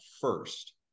first